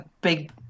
big